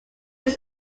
was